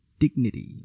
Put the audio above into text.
Dignity